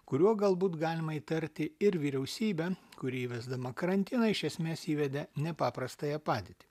kuriuo galbūt galima įtarti ir vyriausybę kuri įvesdama karantiną iš esmės įvedė nepaprastąją padėtį